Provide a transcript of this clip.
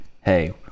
hey